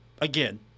again